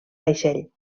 vaixell